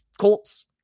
Colts